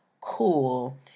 cool